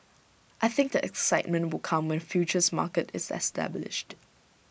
I think the excitement will come when futures market is established